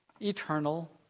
eternal